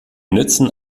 nützen